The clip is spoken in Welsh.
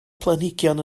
planhigion